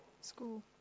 school